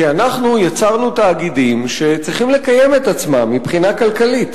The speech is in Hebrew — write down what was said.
כי אנחנו יצרנו תאגידים שצריכים לקיים את עצמם מבחינה כלכלית.